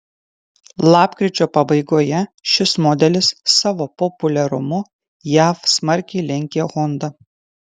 lapkričio pabaigoje šis modelis savo populiarumu jav smarkiai lenkė honda